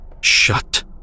shut